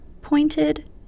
pointed